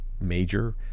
major